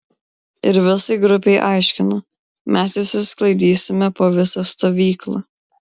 ir visai grupei aiškina mes išsisklaidysime po visą stovyklą